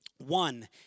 one